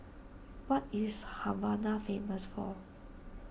what is Havana famous for